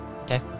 Okay